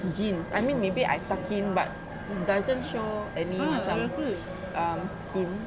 jeans I mean maybe I tucked in but doesn't show any macam um skin